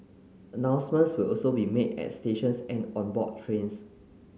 announcements will also be made at stations and on board trains